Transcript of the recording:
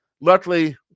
luckily